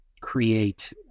create